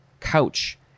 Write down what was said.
couch